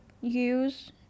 use